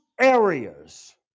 areas